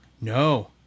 No